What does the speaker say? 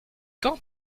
quand